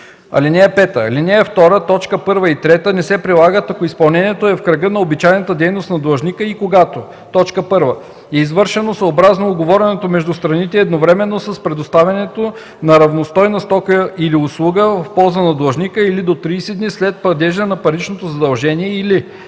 1 и 3 не се прилагат, ако изпълнението е в кръга на обичайната дейност на длъжника и когато: 1. е извършено съобразно уговореното между страните едновременно с предоставянето на равностойна стока или услуга в полза на длъжника или до 30 дни след падежа на паричното задължение, или 2.